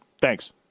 Thanks